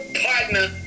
partner